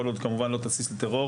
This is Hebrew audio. כל עוד לא תסיט לטרור.